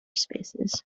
spaces